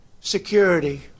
security